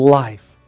life